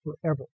forever